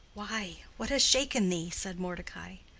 why, what has shaken thee? said mordecai.